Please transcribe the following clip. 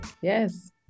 yes